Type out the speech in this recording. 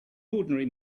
ordinary